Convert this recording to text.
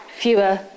fewer